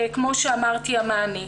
וכמו שאמרתי, המענים.